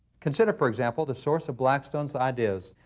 consider, for example, the source of blackstone's ideas.